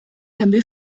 també